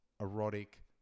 erotic